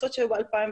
המלצות שהיו ב-2010,